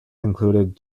included